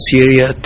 Syria